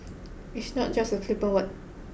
it's not just a flippant word